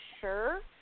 sure